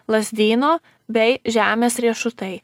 lazdyno bei žemės riešutai